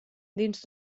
dins